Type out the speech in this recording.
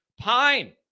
Pine